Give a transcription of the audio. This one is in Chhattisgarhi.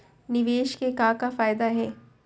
निवेश के का का फयादा हे?